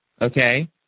Okay